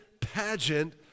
pageant